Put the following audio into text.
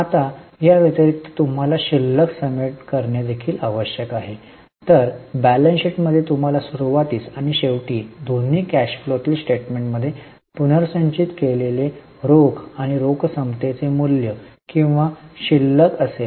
आता या व्यतिरिक्त तुम्हाला शिल्लक समेट करणे देखील आवश्यक आहे तर बॅलन्स शीटमध्ये तुम्हाला सुरुवातीस आणि शेवटी दोन्ही कॅश फ्लोातील स्टेटमेंटमध्ये पुनर्संचयित केलेले रोख आणि रोख समतेचे मूल्य किंवा शिल्लक असेल